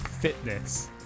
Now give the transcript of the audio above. Fitness